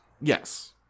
Yes